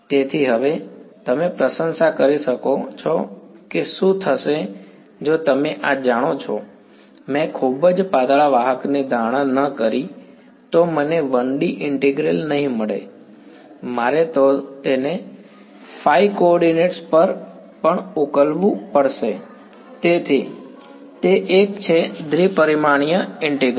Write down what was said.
તેથી હવે તમે પ્રશંસા કરી શકો છો કે શું થશે જો તમે આ જાણો છો મેં ખૂબ જ પાતળા વાહકની ધારણા ન કરી તો મને 1D ઇન્ટિગ્રલ નહીં મળે મારે તેને ϕ કોઓર્ડિનેટ પર પણ ઉકેલવું પડશે તેથી તે એક છે દ્વિ પરિમાણ ઈન્ટિગ્રલ